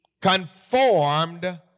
conformed